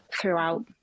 throughout